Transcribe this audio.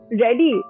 ready